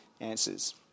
answers